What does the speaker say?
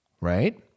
Right